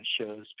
shows